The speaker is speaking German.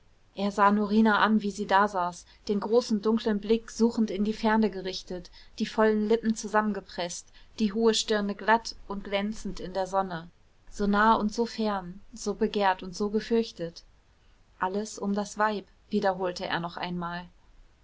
er sah norina an wie sie dasaß den großen dunklen blick suchend in die ferne gerichtet die vollen lippen zusammengepreßt die hohe stirne ganz glatt und glänzend in der sonne so nah und so fern so begehrt und so gefürchtet alles um das weib wiederholte er noch einmal